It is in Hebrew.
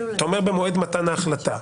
אתה אומר במועד מתן ההחלטה.